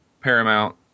Paramount